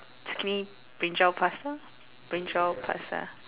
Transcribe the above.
zucchini brinjal pasta brinjal pasta